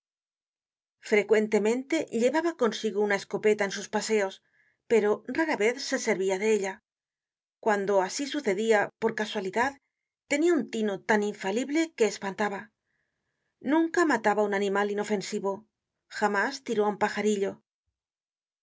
frecuentemente llevaba consigo una escopeta en sus paseos pero rara vez se servia de ella cuando asi sucedia por casualidad tenia un tino tan infalible que espantaba nunca mataba un animal inofensivo jamás tiró á un pajarillo